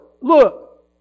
look